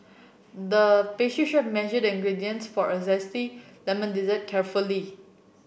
the chef measured the ingredients for a zesty lemon dessert carefully